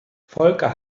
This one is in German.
volker